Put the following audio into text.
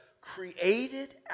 created